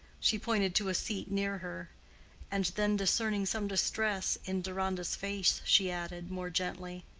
she pointed to a seat near her and then discerning some distress in deronda's face, she added, more gently,